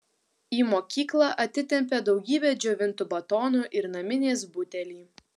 į mokyklą atitempė daugybę džiovintų batonų ir naminės butelį